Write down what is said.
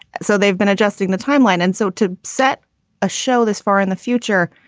so they've been adjusting the timeline and so to set a show this far in the future.